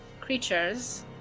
creatures